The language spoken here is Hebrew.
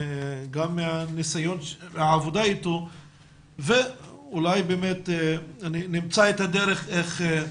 גם מניסיון העבודה איתו ואולי באמת נמצא את הדרך איך,